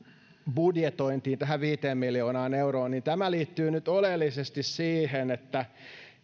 budjetointiin tähän viiteen miljoonaan euroon tämä liittyy nyt oleellisesti siihen että